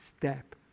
step